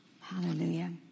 Hallelujah